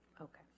Okay